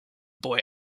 boy